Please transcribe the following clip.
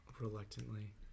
Reluctantly